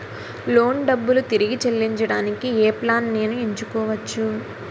Loan డబ్బులు తిరిగి చెల్లించటానికి ఏ ప్లాన్ నేను ఎంచుకోవచ్చు?